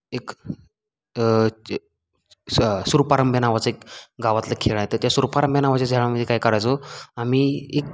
एक स सुरपारंब्या नावाचं एक गावातलं खेळ आहे तर त्या सुरपारंब्या नावाच्या ज्या म्हणजे काय करायचो आम्ही एक